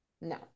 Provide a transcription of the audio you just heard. No